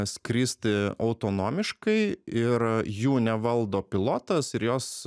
skristi autonomiškai ir jų nevaldo pilotas ir jos